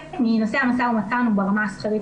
חלק מנושאי המשא ומתן הוא ברמה השכרית